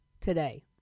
today